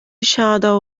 shadow